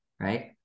right